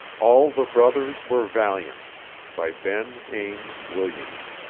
all the brothers were valiant by ben ames williams